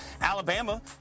Alabama